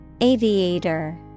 Aviator